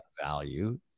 value